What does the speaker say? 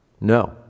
No